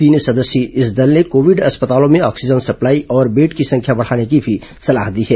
तीन सदस्यीय इस दल ने कोविड अस्पतालों में ऑक्सीजन सप्लाई और बेड की संख्या बढ़ाने की भी सलाह दी है